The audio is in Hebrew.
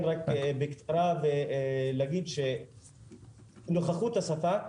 ולהגיד שנוכחות השפה,